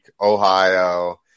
Ohio